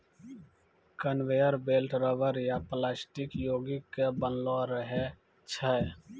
conveyor belt rubber या plastic योगिक के बनलो रहै छै